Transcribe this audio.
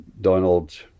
Donald